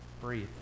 breathe